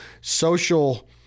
social